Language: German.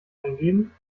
eingeben